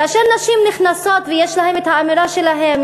כאשר נשים נכנסות ויש להן האמירה שלהן,